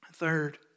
Third